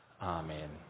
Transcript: Amen